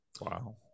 wow